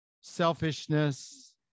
selfishness